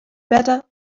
better